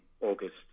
August